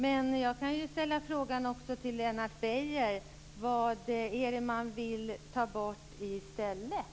Men jag kan också ställa frågan till Lennart Beijer vad det är man vill ta bort i stället.